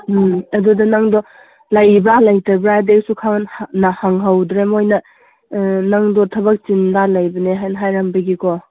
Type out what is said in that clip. ꯎꯝ ꯑꯗꯨꯗ ꯅꯪꯗꯣ ꯂꯩꯕ꯭ꯔꯥ ꯂꯩꯇꯕ꯭ꯔꯥ ꯍꯥꯏꯗꯤ ꯑꯩꯁꯨ ꯍꯪꯍꯧꯗ꯭ꯔꯦ ꯃꯣꯏꯅ ꯅꯪꯗꯣ ꯊꯕꯛ ꯆꯤꯟꯕ ꯂꯩꯕꯅꯦ ꯍꯥꯏꯅ ꯍꯥꯏꯔꯝꯕꯒꯤꯀꯣ